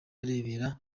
arebera